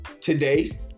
Today